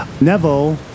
Neville